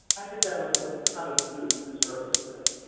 i think that was a, kind of beneath the surface a bit.